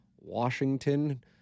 Washington